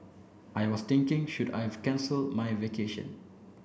I was thinking should I cancel my vacation